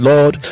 Lord